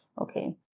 Okay